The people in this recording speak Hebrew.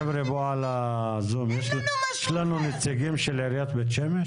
אלה שעל הזום, יש לנו נציגים של עיריית בית שמש?